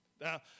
Now